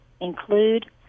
Include